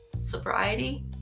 sobriety